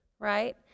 right